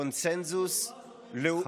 קונסנזוס, על זה?